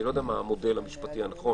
אני לא יודע מה המודל המשפטי הנכון.